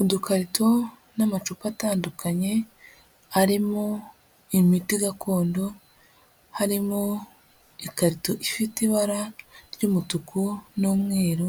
Udukarito n'amacupa atandukanye arimo imiti gakondo, harimo itatu ifite ibara ry'umutuku n'umweru